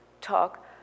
Talk